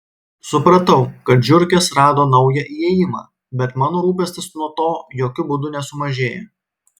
supratau kad žiurkės rado naują įėjimą bet mano rūpestis nuo to jokiu būdu nesumažėjo